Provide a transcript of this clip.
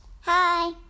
Hi